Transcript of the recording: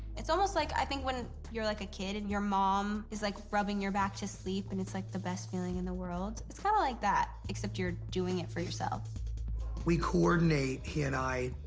it's almost like, i think, when you're, like, a kid and your mom is, like, rubbing your back to sleep. and it's, like, the best feeling in the world. it's kinda like that, except you're doing it for yourself. buzz we coordinate, he and i,